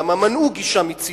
למה מנעו גישה מציבור: